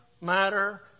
matter